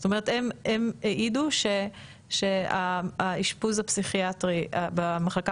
זאת אומרת הם העידו שהאשפוז הפסיכיאטרי במחלקה